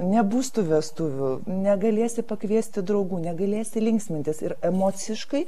nebus tų vestuvių negalėsi pakviesti draugų negalėsi linksmintis ir emociškai